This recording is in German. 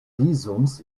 visums